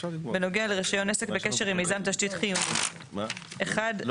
בנוגע לרישיון עסק בקשר עם מיזם תשתית חיוני: (1)סירוב